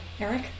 Eric